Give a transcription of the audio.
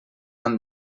han